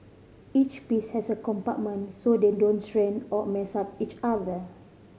each piece has a compartment so they don't stain or mess up each other